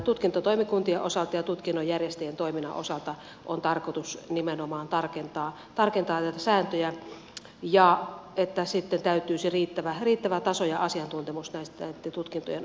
tutkintotoimikuntien osalta ja tutkinnon järjestäjien toiminnan osalta on tarkoitus nimenomaan tarkentaa näitä sääntöjä niin että sitten täyttyisi riittävä taso ja asiantuntemus näitten tutkintojen osalta